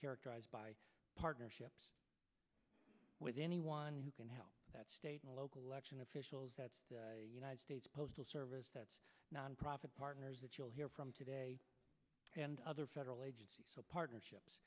characterized by partnerships with anyone who can help that state and local election officials united states postal service that's nonprofit partners that you'll hear from today and other federal agencies partnerships